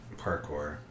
parkour